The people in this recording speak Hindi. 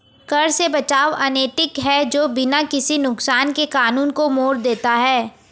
कर से बचाव अनैतिक है जो बिना किसी नुकसान के कानून को मोड़ देता है